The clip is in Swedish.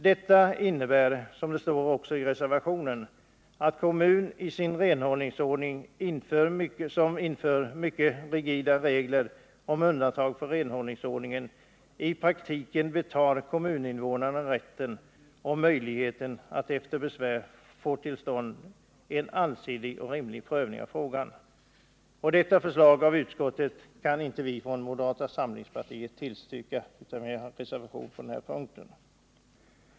Detta innebär, som också framgår av reservationen, att kommun som i sin renhållningsordning inför mycket rigida regler om undantag från renhållningsordningen i praktiken betar kommuninnevånarna rätten och möjligheten att efter besvär få till stånd en allsidig och rimlig prövning av frågan. Detta förslag av utskottet kan vi från moderata samlingspartiet inte tillstyrka, utan vi reserverar oss på den här punkten.